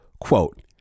Quote